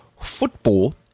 football